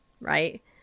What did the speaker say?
Right